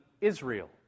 Israel